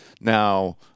now